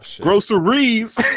Groceries